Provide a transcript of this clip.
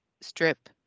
strip